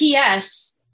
PS